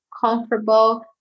comfortable